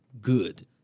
good